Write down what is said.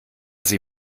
sie